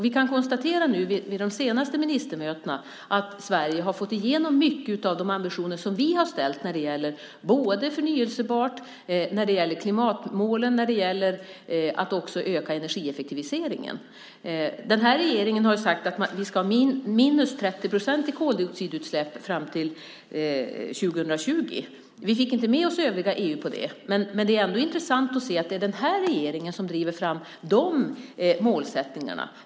Vi kan nu konstatera att vid de senaste ministermötena har Sverige fått igenom mycket av de ambitioner som vi har ställt upp när det gäller både förnybar energi, klimatmålen och att öka energieffektiviseringen. Den här regeringen har sagt att vi ska ha ned koldioxidutsläppen med 30 procent fram till 2020. Vi fick inte med oss resten av EU på det, men det är ändå intressant att se att det är den här regeringen som driver fram de målsättningarna.